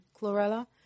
chlorella